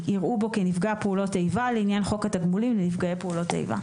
יראו בו כנפגע פעולות איבה לעניין חוק התגמולים לנפגעי פעולות איבה.